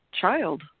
child